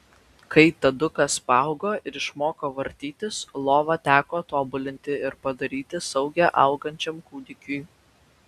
kai tadukas paaugo ir išmoko vartytis lovą teko tobulinti ir padaryti saugią augančiam kūdikiui